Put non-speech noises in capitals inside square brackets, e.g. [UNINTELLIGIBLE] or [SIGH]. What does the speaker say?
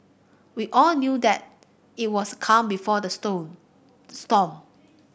we all knew that it was calm before the [UNINTELLIGIBLE] storm